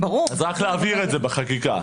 אז רק להבהיר את זה בחקיקה.